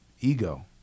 ego